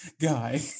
guy